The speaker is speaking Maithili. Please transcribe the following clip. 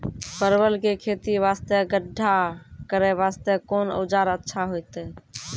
परवल के खेती वास्ते गड्ढा करे वास्ते कोंन औजार अच्छा होइतै?